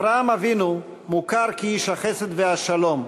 אברהם אבינו מוכר כאיש החסד והשלום,